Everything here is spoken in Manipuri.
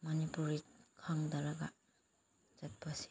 ꯃꯅꯤꯄꯨꯔꯤ ꯈꯪꯗ꯭ꯔꯒ ꯆꯠꯄꯁꯦ